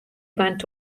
went